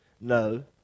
No